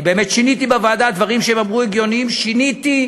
אני באמת שיניתי בוועדה לפי דברים הגיוניים שהם אמרו.